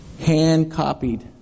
hand-copied